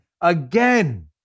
again